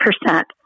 percent